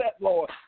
Lord